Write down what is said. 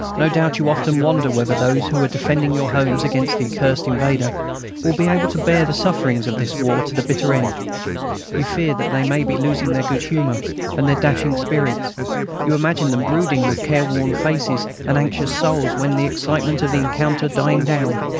no doubt you often wonder whether those who are defending your homes against the accursed invader will be able to bear the sufferings of this war to the bitter end you fear that they may be losing their good humour and their dashing spirits you imagine them brooding with careworn faces and anxious souls when, the excitement of the encounter dying down,